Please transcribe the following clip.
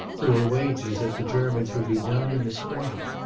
there were wagers that the germans would be done in the spring.